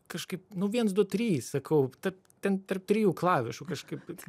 kažkaip nu viens du trys sakau taip ten tarp trijų klavišų kažkaip